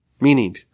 Meaning